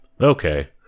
okay